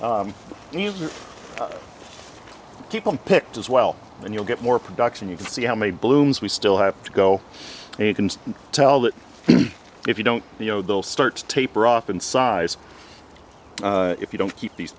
you keep them picked as well and you'll get more production you can see how many blooms we still have to go and tell that if you don't you know they'll start to taper off in size if you don't keep these